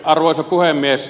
arvoisa puhemies